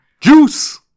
juice